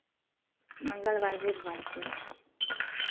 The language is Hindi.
मंगलवार बुधवार को